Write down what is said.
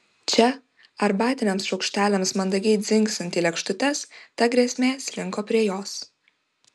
čia arbatiniams šaukšteliams mandagiai dzingsint į lėkštutes ta grėsmė slinko prie jos